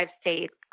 states